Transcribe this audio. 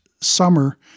summer